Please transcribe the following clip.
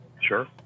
Sure